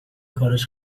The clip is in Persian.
کارش